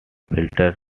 filter